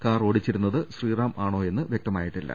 car ഓടിച്ചിരുന്നത് ശ്രീറാം ആണോയെന്ന് വൃക്തമായിട്ടില്ല